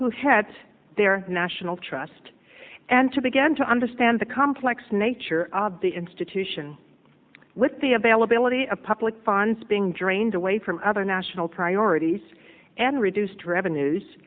who had their national trust and to begin to understand the complex nature of the institution with the availability of public funds being drained away from other national priorities and reduced revenues